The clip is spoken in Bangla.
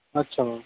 আচ্ছা ম্যাম